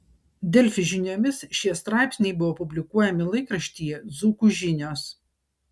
delfi žiniomis šie straipsniai buvo publikuojami laikraštyje dzūkų žinios